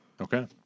Okay